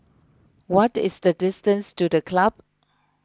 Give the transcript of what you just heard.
what is the distance to the Club